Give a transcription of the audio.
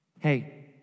Hey